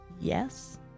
Yes